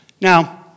Now